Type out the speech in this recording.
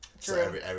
True